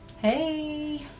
Hey